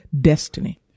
destiny